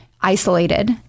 isolated